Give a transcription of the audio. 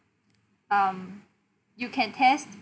um you can test